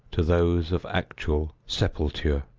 to those of actual sepulture.